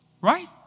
Right